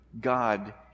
God